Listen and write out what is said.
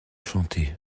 chanter